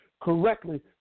correctly